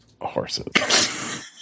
horses